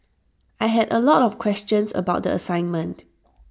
I had A lot of questions about the assignment